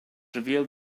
revealed